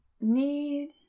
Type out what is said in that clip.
need